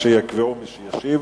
יקבעו מי שישיב